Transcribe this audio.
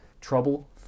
trouble